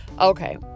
okay